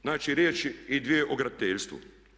Znači riječi i dvije o graditeljstvu.